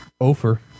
Ofer